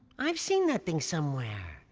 i've seen that thing somewhere.